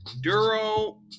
Duro